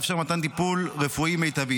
כדי לאפשר מתן טיפול רפואי מיטבי,